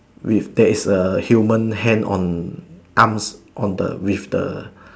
with that's is a human hand on arms on the with the